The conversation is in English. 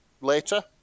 later